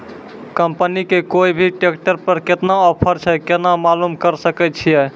Company के कोय भी ट्रेक्टर पर केतना ऑफर छै केना मालूम करऽ सके छियै?